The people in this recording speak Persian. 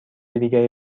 دیگری